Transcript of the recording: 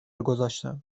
گذاشتم